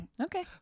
Okay